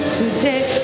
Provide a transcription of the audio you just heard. today